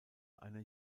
einer